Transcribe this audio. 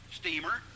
steamer